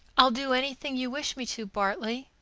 i'll do anything you wish me to, bartley,